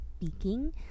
speaking